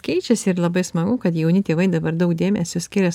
keičiasi ir labai smagu kad jauni tėvai dabar daug dėmesio skiria